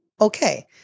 okay